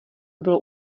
bylo